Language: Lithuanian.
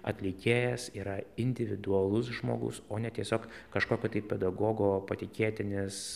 atlikėjas yra individualus žmogus o ne tiesiog kažkokio tai pedagogo patikėtinis